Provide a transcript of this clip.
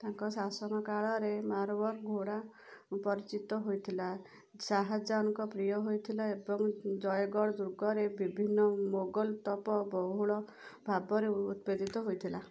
ତାଙ୍କ ଶାସନ କାଳରେ ମାରୱାରୀ ଘୋଡ଼ା ପରିଚିତ ହୋଇଥିଲା ଶାହା ଜାହାନଙ୍କ ପ୍ରିୟ ହୋଇଥିଲା ଏବଂ ଜୟଗଡ ଦୁର୍ଗରେ ବିଭିନ୍ନ ମୋଗଲ ତୋପ ବହୁଳ ଭାବରେ ଉତ୍ପାଦିତ ହେଇଥିଲା